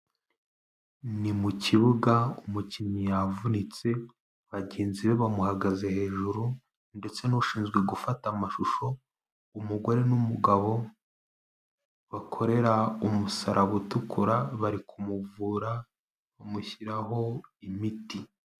Ni mu kibuga umukinnyi yavunitse, bagenzi be bamuhagaze hejuru ndetse n'ushinzwe gufata amashusho, umugore n'umugabo bakorera umusaraba utukura, bari kumuvura bamushyiraho imiti.